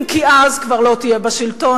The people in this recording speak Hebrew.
אם כי אז כבר לא תהיה בשלטון,